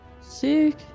sick